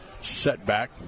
setback